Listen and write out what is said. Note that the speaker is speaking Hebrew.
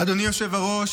אדוני היושב-ראש,